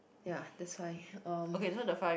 ya that's why um